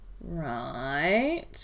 Right